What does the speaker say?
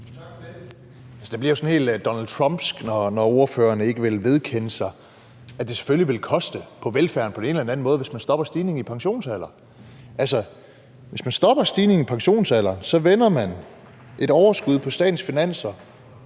Det bliver sådan helt Donald Trumpsk, når ordføreren ikke vil vedkende sig, at det selvfølgelig vil koste på velfærden på den ene eller den anden måde, hvis man stopper stigningen i pensionsalderen. Altså, hvis man stopper stigningen i pensionsalderen, vender man et overskud på statens finanser